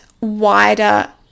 wider